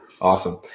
Awesome